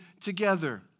together